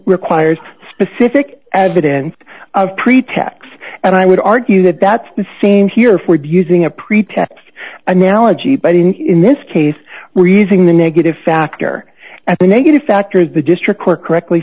requires specific added in pretax and i would argue that that's the same here for using a pretext analogy butting in this case we're easing the negative factor at the negative factors the district court correctly